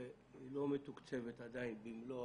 שאינה מתוקצבת עדיין במלוא